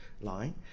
line